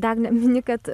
dagne mini kad